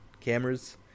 cameras